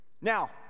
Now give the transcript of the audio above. Now